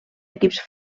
equips